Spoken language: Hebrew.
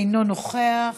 אינו נוכח.